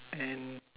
and